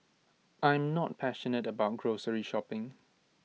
I am not passionate about grocery shopping